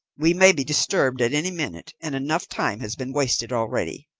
we may be disturbed at any minute, and enough time has been wasted already.